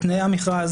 את תנאי המכרז,